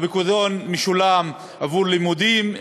הפיקדון משולם עבור לימודים,